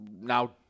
now